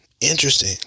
interesting